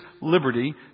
liberty